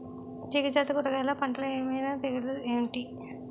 తీగ జాతి కూరగయల్లో పంటలు ఏమైన తెగులు ఏంటి?